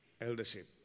eldership